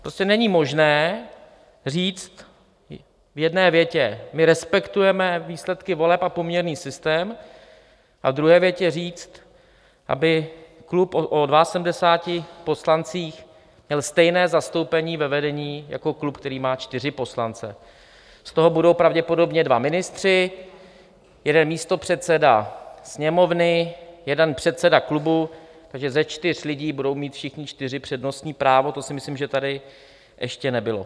Prostě není možné říct v jedné větě: My respektujeme výsledky voleb a poměrný systém, a v druhé větě říct, aby klub o dvaasedmdesáti poslancích měl stejné zastoupení ve vedení jako klub, který má čtyři poslance z toho budou pravděpodobně dva ministři, jeden místopředseda Sněmovny, jeden předseda klubu, takže ze čtyř lidí budou mít všichni čtyři přednostní právo, to si myslím, že tady ještě nebylo.